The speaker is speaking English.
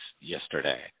yesterday